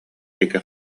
диэки